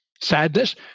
sadness